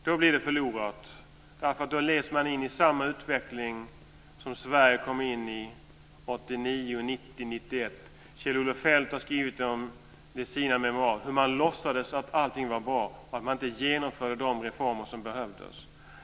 Då blir det förlorat, därför att då leds man in i samma utveckling som Sverige kom in i 1989, 1990 och 1991. Kjell Olof Feldt har i sina memoarer skrivit om hur man låtsades att allting var bra, att man inte genomförde de reformer som behövdes.